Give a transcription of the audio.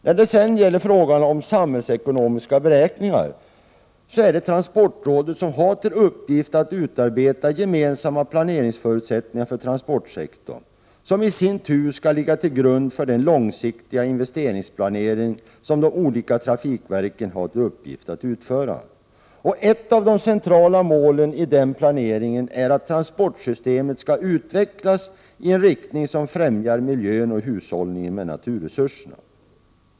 När det gäller frågan om samhällsekonomisk beräkning är det transportrådet som har till uppgift att utarbeta gemensamma planeringsförutsättningar för transportsektorn, vilka i sin tur skall ligga till grund för den långsiktiga investeringsplanering som de olika trafikverken har till uppgift att utföra. Ett av de centrala målen i den planeringen är att transportsystemet skall utvecklasi en riktning som främjar miljön och hushållningen med naturresurserna.